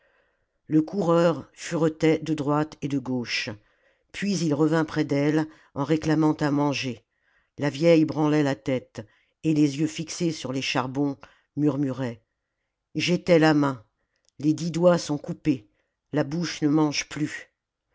le coureur furetait de droite et de gauche puis il revint près d'elle en réclamant à manger la vieille branlait la tête et les yeux fixés sur les charbons murmurait j'étais la main les dix doigts sont coupés la bouche ne mange plus